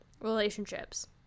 relationships